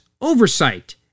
oversight